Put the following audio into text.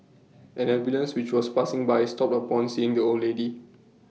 an ambulance which was passing by stopped upon seeing the old lady